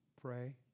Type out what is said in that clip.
Pray